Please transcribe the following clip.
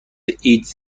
ایدز